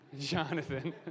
Jonathan